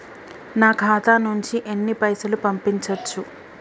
నా ఖాతా నుంచి ఎన్ని పైసలు పంపించచ్చు?